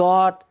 God